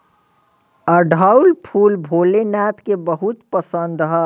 अढ़ऊल फूल भोले नाथ के बहुत पसंद ह